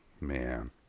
Man